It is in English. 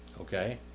Okay